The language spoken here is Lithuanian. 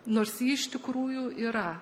nors ji iš tikrųjų yra